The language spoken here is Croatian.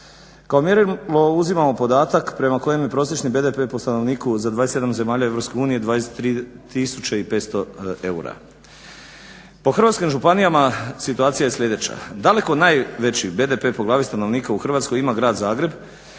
Kao mjerilo uzimamo podatak prema je prosječni BDP po stanovniku za 27 zemalja EU 23500 eura. Po hrvatskim županijama situacija je slijedeća, daleko najveći BDP po glavi stanovnika u Hrvatskoj ima grad Zagreb